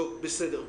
בסדר.